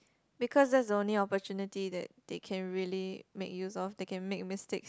because that's the only opportunity that they can really make use of they can make mistakes